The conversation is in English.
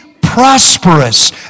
prosperous